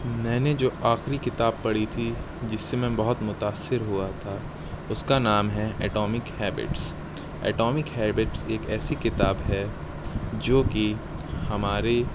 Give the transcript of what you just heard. میں نے جو آخری کتاب پڑھی تھی جس سے میں بہت متأثر ہوا تھا اس کا نام ہے ایٹامک ہیبٹس ایٹامک ہیبٹس ایک ایسی کتاب ہے جو کہ ہماری